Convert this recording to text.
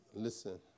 Listen